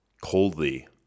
coldly